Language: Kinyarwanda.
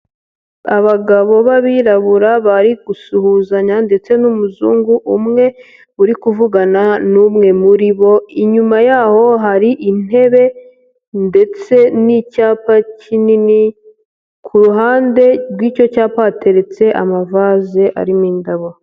Abagabo b'abirabura bari gusuhuzanya ndetse n'umuzungu umwe uri kuvugana n'umwe muri bo, inyuma yaho hari intebe ndetse n'icyapa kinini, ku ruhande rw'icyo cyapa hateretse amavaze arimo indabo.